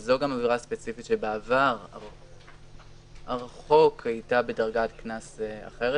וזו גם עבירה ספציפית שבעבר הרחוק הייתה בדרגת קנס אחרת,